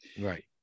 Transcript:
Right